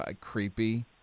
creepy